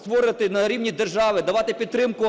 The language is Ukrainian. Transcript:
створювати на рівні держави, давати підтримку